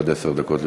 עד עשר דקות לרשותך.